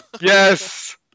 Yes